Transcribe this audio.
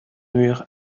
murs